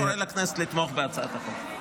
ואני קורא לכנסת לתמוך בהצעת החוק.